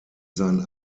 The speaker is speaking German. seinen